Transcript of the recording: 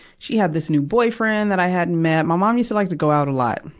she had this new boyfriend that i hadn't met. my mom used to like to go out a lot.